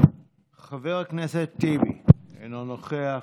חבר הכנסת טיבי, אינו נוכח.